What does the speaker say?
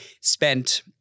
spent